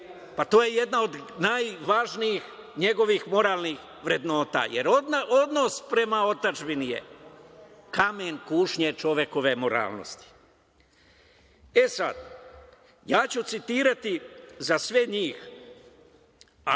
To je jedna od najvažnijih njegovih moralnih vrednosti. Jer, odnos prema otadžbini je kamen kušnje čovekove moralnosti. Ja ću citirati za sve njih, da